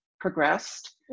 progressed